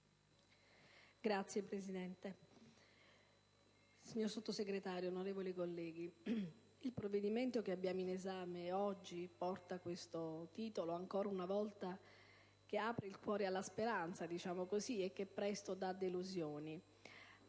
Signor Presidente, signor Sottosegretario, onorevoli colleghi, il provvedimento oggi in esame porta un titolo che ancora una volta apre il cuore alla speranza - diciamo così - e che presto dà delusioni,